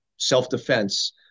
self-defense